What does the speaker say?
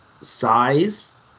size